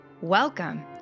Welcome